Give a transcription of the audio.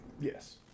Yes